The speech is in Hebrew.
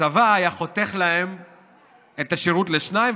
הצבא היה חותך להם את השירות לשניים,